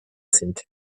sind